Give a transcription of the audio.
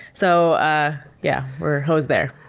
so ah yeah, we're hosed there.